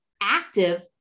active